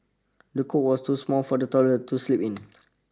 the cot was too small for the toddler to sleep in